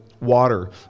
water